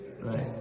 Right